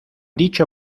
dicho